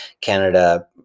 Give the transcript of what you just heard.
Canada